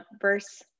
Verse